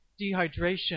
dehydration